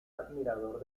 admirador